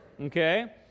Okay